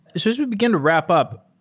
so as we begin to wrap up,